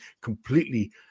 completely